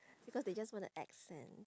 because they just want the accent